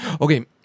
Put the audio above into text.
Okay